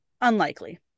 Unlikely